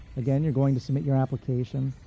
again, you're going to submit your application.